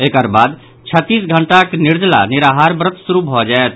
एकर बाद छत्तीस घंटाक निर्जला निराहार व्रत शुरू भऽ जायत